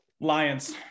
Lions